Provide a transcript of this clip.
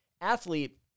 Athlete